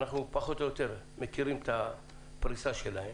אנחנו פחות או יותר מכירים את הפריסה שלהן.